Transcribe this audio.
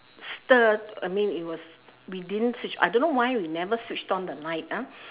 stir I mean it was we didn't switch I don't know why we never switched on the light ah